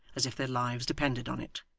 as if their lives depended on it.